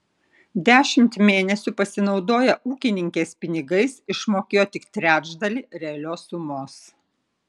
dešimt mėnesių pasinaudoję ūkininkės pinigais išmokėjo tik trečdalį realios sumos